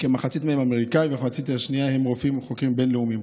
כמחצית מהם אמריקאים והמחצית השנייה הם רופאים חוקרים בין-לאומיים.